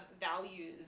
values